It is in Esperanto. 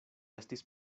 estis